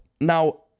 now